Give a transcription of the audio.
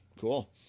Cool